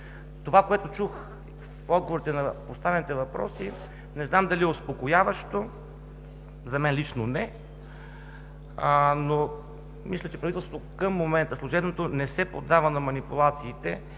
Това, което чух от отговорите на поставените въпроси, не знам дали е успокояващо – за мен лично не е, но мисля, че служебното правителството към момента не се поддава на манипулациите